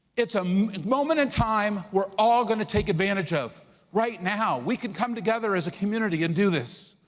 it's a um and moment in time we're all gonna take advantage of right now. we could come together as a community and do this.